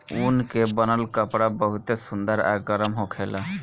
ऊन के बनल कपड़ा बहुते सुंदर आ गरम होखेला